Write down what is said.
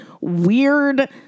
weird